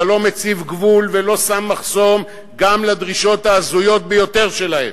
אתה לא מציב גבול ולא שם מחסום גם לדרישות ההזויות ביותר שלהן.